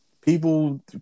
People